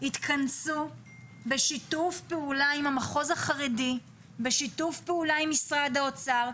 יתכנסו בשיתוף פעולה עם המחוז החרדי בשיתוף פעולה עם משרד האוצר,